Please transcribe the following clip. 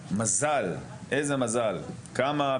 כמה פיגועי טרור חסכנו בעקבות הבדיקה הזאת.